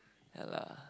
ya lah